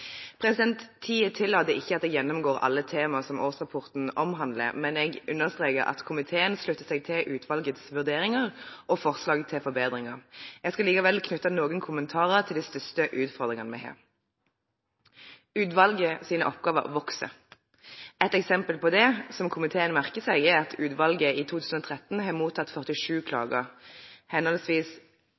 tillater ikke at jeg gjennomgår alle tema som årsrapporten omhandler, men jeg understreker at komiteen slutter seg til utvalgets vurderinger og forslag til forbedringer. Jeg skal likevel knytte noen kommentarer til de største utfordringene vi har. Utvalgets oppgaver vokser. Et eksempel på det, som komiteen merker seg, er at utvalget i 2013 mottok 47 klager, mot henholdsvis